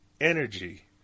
energy